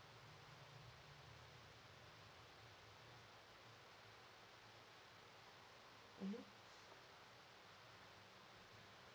mmhmm